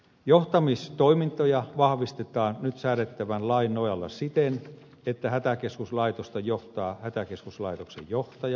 johtamistoimintoja vahvistetaan nyt säädettävän lain nojalla siten että hätäkeskuslaitosta johtaa hätäkeskuslaitoksen johtaja